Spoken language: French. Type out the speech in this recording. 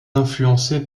influencé